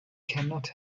cannot